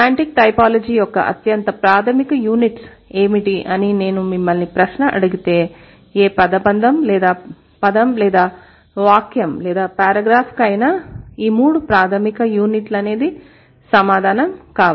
semantic typology యొక్క అత్యంత ప్రాధమిక యూనిట్స్ ఏమిటి అని నేను మిమ్మల్ని ప్రశ్న అడిగితే ఏ పదబంధం లేదా పదం లేదా వాక్యం లేదా పేరాగ్రాఫ్ కైనా ఈ మూడు ప్రాథమిక యూనిట్లు అనేది సమాధానం కావాలి